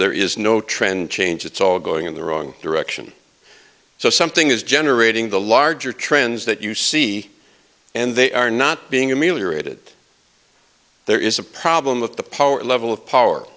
there is no trend change it's all going in the wrong direction so something is generating the larger trends that you see and they are not being ameliorated there is a problem of the power level of power